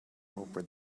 over